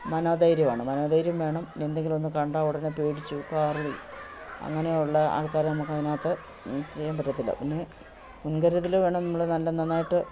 മനോധൈര്യമാണ് മനോധൈര്യം വേണം എന്തെങ്കിലും ഒന്നു കണ്ടാൽ ഉടനെ പേടിച്ചു കാറി അങ്ങനെയുള്ള ആൾക്കാർ നമുക്ക് അതിനകത്തു ചെയ്യാൻ പറ്റത്തില്ല പിന്നെ മുൻകരുതൽ വേണം നമ്മൾ നല്ല നന്നായിട്ട്